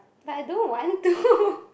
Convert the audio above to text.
like I don't want to